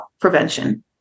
prevention